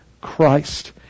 Christ